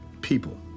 people